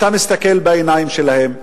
אתה מסתכל בעיניים שלהם,